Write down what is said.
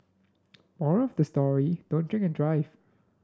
moral of the story don't drink and drive